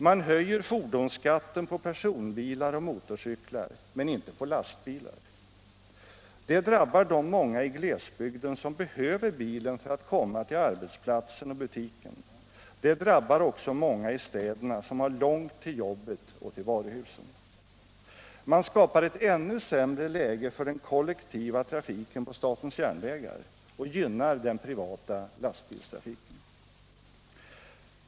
Man höjer fordonsskatten på personbilar och motorcyklar, men inte på lastbilar. Det drabbar de många i glesbygden som behöver bilen för att komma till arbetsplatsen och butiken, det drabbar också många i städerna som har långt till jobbet och till varuhusen. Man skapar ett ännu sämre läge för den kollektiva trafiken på statens järnvägar och gynnar den privata lastbilstrafiken.